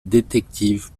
détective